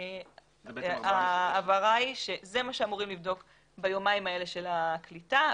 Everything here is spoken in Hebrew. זה מה שאמורים לבדוק ביומיים האלה של הקליטה.